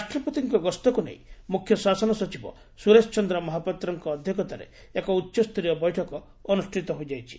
ରାଷ୍ଟ୍ରପତିଙ୍କ ଗସ୍ତକୁ ନେଇ ମୁଖ୍ୟ ଶାସନ ସଚିବ ସୁରେଶ ଚନ୍ଦ୍ର ମହାପାତ୍ରଙ୍କ ଅଧ୍ଘକ୍ଷତାରେ ଏକ ଉଚ୍ଚସ୍ତରୀୟ ବୈଠକ ଅନୁଷିତ ହୋଇଯାଇଛି